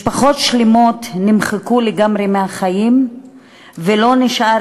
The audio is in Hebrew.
משפחות שלמות נמחקו לגמרי מהחיים ולא נשאר